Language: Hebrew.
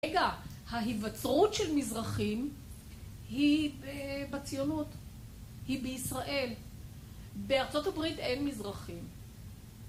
רגע, ההיווצרות של מזרחים היא בציונות, היא בישראל. בארצות הברית אין מזרחים